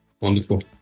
wonderful